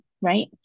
right